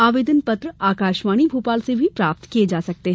आवेदन पत्र आकाशवाणी भोपाल से भी प्राप्त किये जा सकते हैं